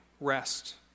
rest